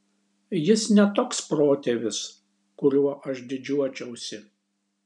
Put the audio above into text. jis ne toks protėvis kuriuo aš didžiuočiausi